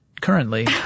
currently